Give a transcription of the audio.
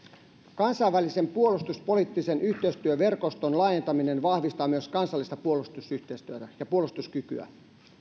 kansainvälisen puolustuspoliittisen yhteistyöverkoston laajentaminen vahvistaa myös kansallista puolustusyhteistyötä ja puolustuskykyä